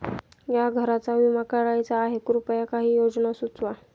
या घराचा विमा करायचा आहे कृपया काही योजना सुचवा